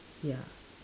ya